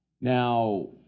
Now